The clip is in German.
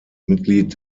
mitglied